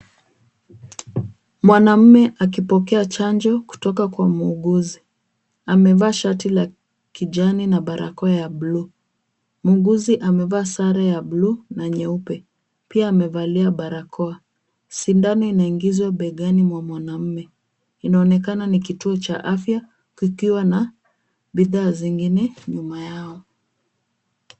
Mwanaume akipokea chanjo kutoka kwa muuguzi. Amevaa shati la kijani na barakoa ya buluu. Muuguzi amevaa sare ya buluu na nyeupe. Pia amevalia barakoa. Sindano inaingizwa begani mwa mwanaume. Inaonekana ni kituo cha afya ikiwa na bidhaa zingine nyuma yao.